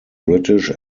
british